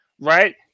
right